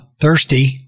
thirsty